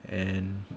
and